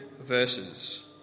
verses